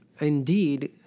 indeed